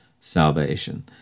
salvation